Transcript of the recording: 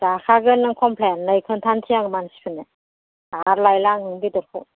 जाखागोन नों खमप्लेन नै खोन्थासै आं मानसिफोनो आरो लायला आं नोंनि बेदरखौ